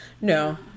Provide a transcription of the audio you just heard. No